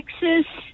Texas